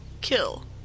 Kill